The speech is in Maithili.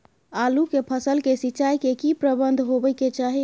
आलू के फसल के सिंचाई के की प्रबंध होबय के चाही?